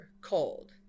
cold